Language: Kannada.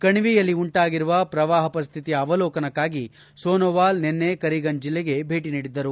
ಕಣಿವೆಯಲ್ಲಿ ಉಂಟಾಗಿರುವ ಪ್ರವಾಹ ಪರಿಸ್ಥಿತಿಯ ಅವಲೋಕನಕ್ಕಾಗಿ ಸೋನೋವಾಲ್ ನಿನ್ನೆ ಕರೀಂಗಂಜ್ ಜಿಲ್ಲೆಗೆ ಭೇಟ ನೀಡಿದ್ದರು